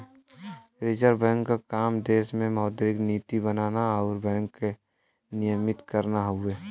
reserve bank क काम देश में मौद्रिक नीति बनाना आउर बैंक के नियमित करना हउवे